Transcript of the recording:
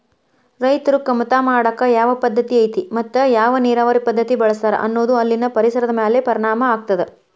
ರೈತರು ಕಮತಾ ಮಾಡಾಕ ಯಾವ ಪದ್ದತಿ ಐತಿ ಮತ್ತ ಯಾವ ನೇರಾವರಿ ಪದ್ಧತಿ ಬಳಸ್ತಾರ ಅನ್ನೋದು ಅಲ್ಲಿನ ಪರಿಸರದ ಮ್ಯಾಲ ಪರಿಣಾಮ ಆಗ್ತದ